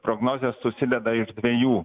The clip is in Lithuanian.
prognozė susideda iš dvejų